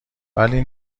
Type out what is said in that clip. ولی